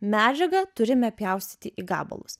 medžiagą turime pjaustyti į gabalus